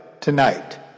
tonight